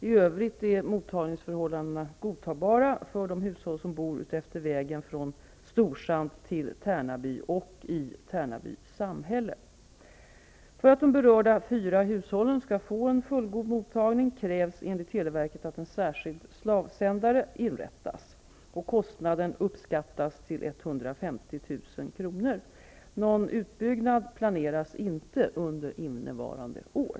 I övrigt är mottagningsförhållandena godtagbara för de hushåll som bor utefter vägen från Storsand till För att de berörda fyra hushållen skall få fullgod mottagning krävs enligt televerket att en särskild slavsändare inrättas. Kostnaden uppskattas till 150 000 kr. Någon utbyggnad planeras inte under innevarande år.